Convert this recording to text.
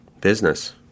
business